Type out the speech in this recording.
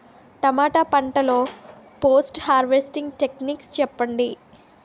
టమాటా పంట లొ post harvesting techniques చెప్పండి?